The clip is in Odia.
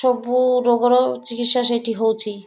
ସବୁ ରୋଗର ଚିକିତ୍ସା ସେଇଠି ହେଉଛି